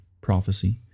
prophecy